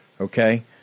Okay